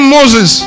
Moses